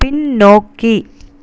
பின்னோக்கி